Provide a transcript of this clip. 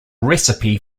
recipe